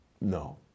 No